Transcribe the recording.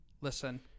listen